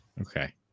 Okay